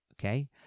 Okay